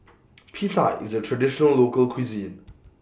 Pita IS A Traditional Local Cuisine